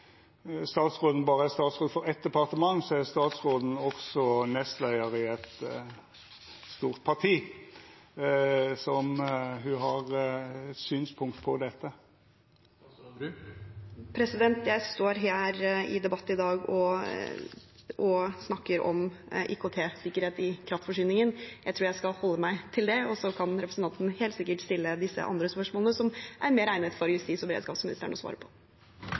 statsråden berre er statsråd for eitt departement, er statsråden også nestleiar i eit stort parti, så har ho synspunkt på dette? Jeg står her i debatten i dag og snakker om IKT-sikkerhet i kraftforsyningen. Jeg tror jeg skal holde meg til det, og så kan representanten helt sikkert stille disse spørsmålene til justis- og beredskapsministeren, som er mer egnet til å svare på det. Det er jo freistande å